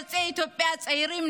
יוצאי אתיופיה הצעירים,